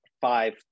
five